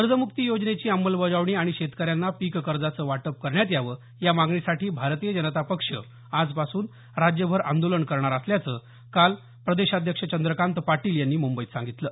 कर्जम्क्ती योजनेची अंमलबजावणी आणि शेतकऱ्यांना पिक कर्जाचं वाटप करण्यात यावं या मागणीसाठी भारतीय जनता पक्ष राज्यभर आंदोलन करणार असल्याचं काल प्रदेशाध्यक्ष चंद्रकांत पाटील यांनी मुंबईत सांगितलं